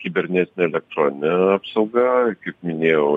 kibernetinė elektroninė apsauga kaip minėjau